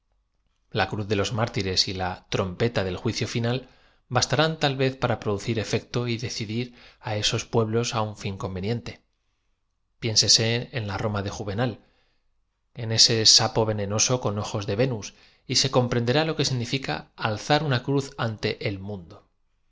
ia cruz de loa mártires la trompeta del jui cío fina bastarán ta l vez para producir efecto decidir á eoa pueblos á un fin conven lente piénsese en la roma de juvenal en ese aapo venenoao con ojos de venus y se comprenderá lo que significa alzar una cruz ante e l mundo